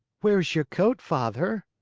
where's your coat, father?